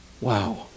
Wow